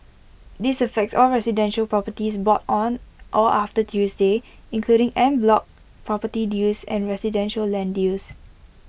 this affects all residential properties bought on or after Tuesday including en bloc property deals and residential land deals